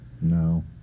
No